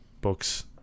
books